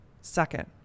Second